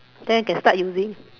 then you can start using